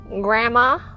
Grandma